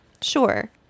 sure